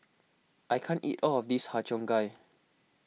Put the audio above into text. I can't eat all of this Har Cheong Gai